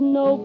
no